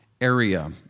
area